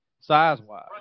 size-wise